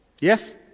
Yes